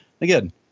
again